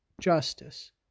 justice